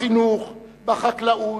בחינוך, בחקלאות,